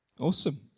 Awesome